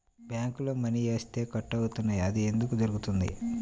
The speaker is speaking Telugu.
బ్యాంక్లో మని వేస్తే కట్ అవుతున్నాయి అది ఎందుకు జరుగుతోంది?